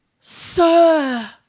sir